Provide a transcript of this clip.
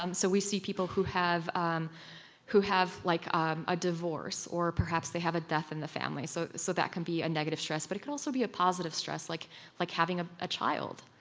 um so we see people who have um who have like um a divorce, or perhaps they have a death in the family, so so that can be a a negative stress. but it could also be a positive stress, like like having a a child.